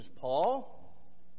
Paul